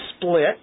split